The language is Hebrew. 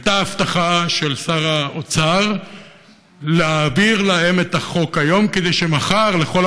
הייתה הבטחה של שר האוצר להעביר להם את החוק היום כדי שמחר לכל